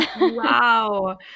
Wow